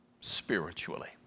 spiritually